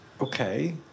Okay